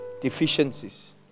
deficiencies